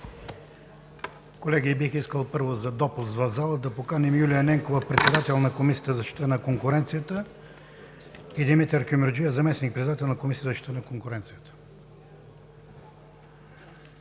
Колеги, бих искал, първо, допуск в залата, за да поканим Юлия Ненкова – председател на Комисията за защита на конкуренцията, и Димитър Кюмюрджиев – заместник-председател на Комисията за защита на конкуренцията.